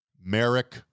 merrick